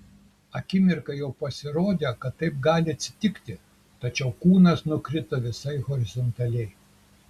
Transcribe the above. akimirką jau pasirodė kad taip gali atsitikti tačiau kūnas nukrito visai horizontaliai